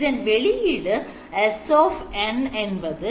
இதன் வெளியீடு Sn என்பது